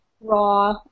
raw